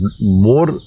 more